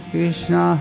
Krishna